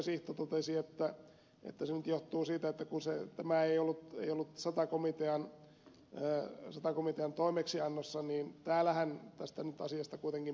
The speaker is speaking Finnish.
sihto totesi että se nyt johtuu siitä että tämä ei ollut sata komitean toimeksiannossa niin täällähän tästä asiasta nyt kuitenkin päätetään